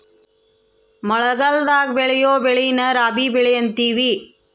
ಮಳಗಲದಾಗ ಬೆಳಿಯೊ ಬೆಳೆನ ರಾಬಿ ಬೆಳೆ ಅಂತಿವಿ